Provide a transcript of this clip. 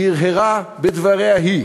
היא הרהרה בדבריה-שלה.